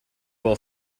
will